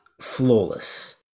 flawless